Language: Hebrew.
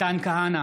מתן כהנא,